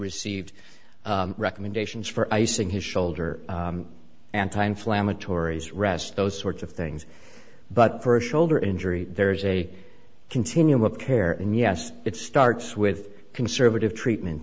received recommendations for icing his shoulder anti inflammatories rest those sorts of things but for a shoulder injury there is a continuum of care and yes it starts with conservative treatment